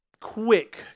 quick